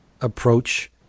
approach